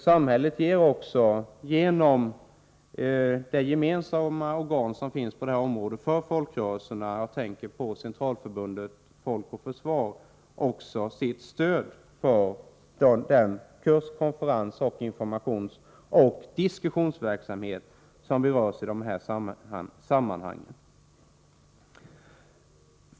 Samhället ger också, genom det gemensamma organ som finns på detta område för folkrörelserna— jag tänker på Centralförbundet folk och försvar — sitt stöd för den kurs-, konferens-, informationsoch diskussionsverksamhet som berörs i dessa sammanhang.